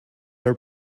are